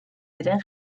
diren